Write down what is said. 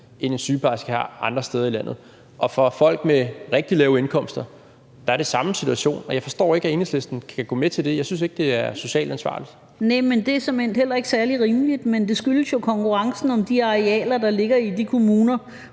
end sygeplejersker har andre steder i landet? Og for folk med rigtig lave indkomster er situationen den samme. Jeg forstår ikke, at Enhedslisten kan gå med til det. Jeg synes ikke, det er socialt ansvarligt. Kl. 19:50 Jette Gottlieb (EL): Nej, det er såmænd heller ikke særlig rimeligt, men det skyldes jo konkurrencen om de arealer, der ligger i de kommuner,